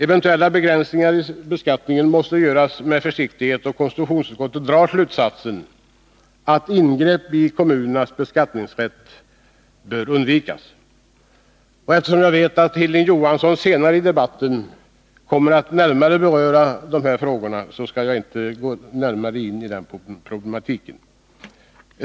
Eventuella begränsningar i beskattningen måste göras med försiktighet. Konstitutionsutskottet drar slutsatsen att ingrepp i kommunernas beskattningsrätt bör undvikas. Eftersom jag vet att Hilding Johansson senare under debatten kommer att närmare beröra dessa frågor, skall jag inte gå närmare in på den problematiken.